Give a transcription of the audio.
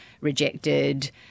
rejected